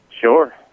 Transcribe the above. Sure